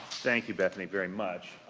thank you bethany very much.